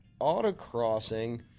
autocrossing